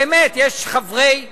באמת, יש חברי עיריות,